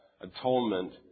atonement